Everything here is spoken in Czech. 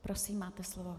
Prosím, máte slovo.